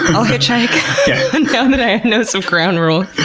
i'll hitchhike now that i know some ground rules.